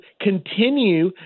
continue